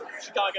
Chicago